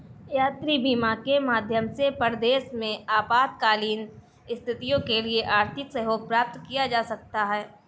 यात्री बीमा के माध्यम से परदेस में आपातकालीन स्थितियों के लिए आर्थिक सहयोग प्राप्त किया जा सकता है